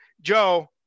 Joe